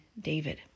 David